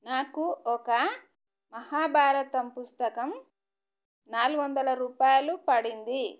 నాకు ఒక మహాభారత పుస్తకం నాలుగు వందల రూపాయలు పడింది